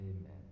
amen